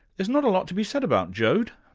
there's not a lot to be said about joad.